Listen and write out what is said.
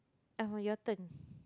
Abu your turn